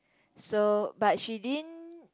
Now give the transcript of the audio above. so but she didn't